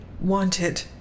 wanted